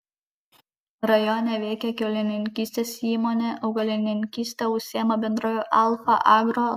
rajone veikia kiaulininkystės įmonė augalininkyste užsiima bendrovė alfa agro